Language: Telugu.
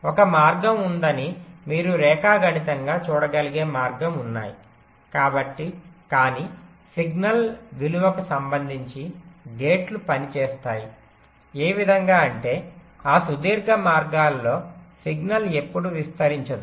ఒక మార్గం ఉందని మీరు రేఖాగణితంగా చూడగలిగే మార్గం ఉన్నాయి కాని సిగ్నల్ విలువకు సంబంధించి గేట్లు పని చేస్తాయి ఏ విధంగా అంటే ఆ సుదీర్ఘ మార్గాల్లో సిగ్నల్ ఎప్పుడూ విస్తరించదు